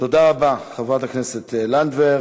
תודה רבה, חברת הכנסת לנדבר.